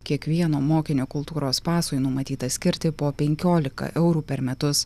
kiekvieno mokinio kultūros pasui numatyta skirti po penkiolika eurų per metus